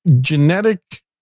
genetic